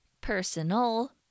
personal